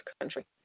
country